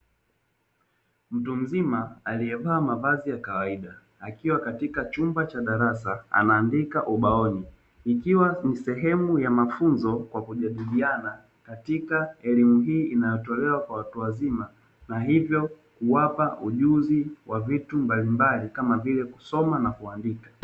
Mtu mzima aliyevaa mavazi ya kawaida akiwa katika chumba cha darasa, anaandika ubaoni ikiwa ni sehemu ya mafunzo kwa kujadiliana katika elimu hii inayotolewa kwa watu wazima na hivyo kuwapa ujuzi wa vitu mbalimbali kama vile kusoma na kuandika.